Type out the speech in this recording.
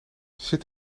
zit